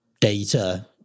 data